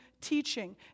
teaching